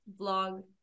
vlog